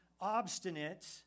obstinate